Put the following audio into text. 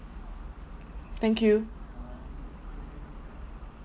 thank you